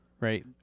right